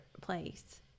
place